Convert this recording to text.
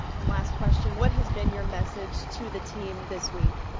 and last question what has been your message to the team this week?